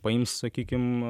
paims sakykim